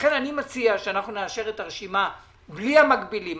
לכן אני מציע שאנחנו נאשר את הרשימה בלי המקבילים.